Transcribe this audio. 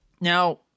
Now